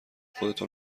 خودتو